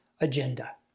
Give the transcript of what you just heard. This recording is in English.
agenda